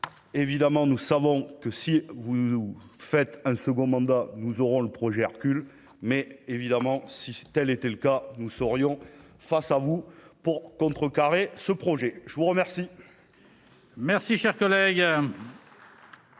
évidemment, nous savons que si vous nous faites un second mandat, nous aurons le projet recule mais évidemment si telle était le cas, nous saurions face à vous, pour contrecarrer ce projet, je vous remercie. Merci, cher collègue.